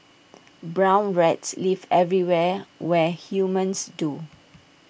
brown rats live everywhere where humans do